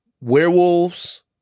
Werewolves